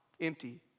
empty